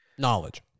Knowledge